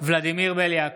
ולדימיר בליאק,